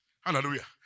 Hallelujah